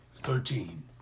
Thirteen